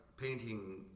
painting